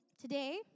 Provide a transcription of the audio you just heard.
today